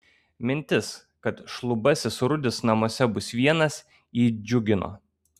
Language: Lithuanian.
mintis kad šlubasis rudis namuose bus vienas jį džiugino